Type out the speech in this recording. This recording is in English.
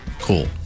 cool